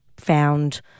Found